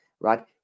right